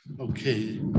Okay